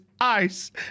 ice